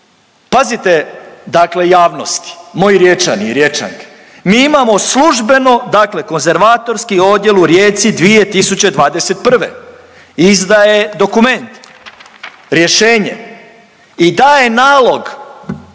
Pazite dakle javnosti, moji Riječani i Riječanke mi imamo službeno dakle konzervatorski odjel u Rijeci 2021. izdaje dokument, rješenje i daje nalog